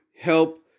help